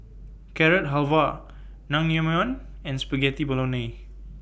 Carrot Halwa Naengmyeon and Spaghetti Bolognese